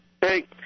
Hey